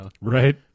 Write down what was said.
Right